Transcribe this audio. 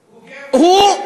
הוא,